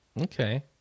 okay